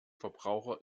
verbraucher